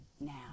now